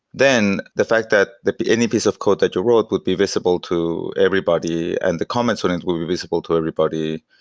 then the fact that that any piece of code that you wrote would be visible to everybody, and the comments would and would be visible to everybody,